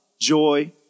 joy